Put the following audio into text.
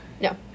No